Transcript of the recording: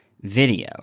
video